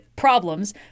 problems